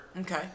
okay